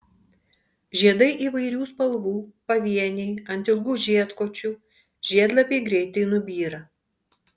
žiedai įvairių spalvų pavieniai ant ilgų žiedkočių žiedlapiai greitai nubyra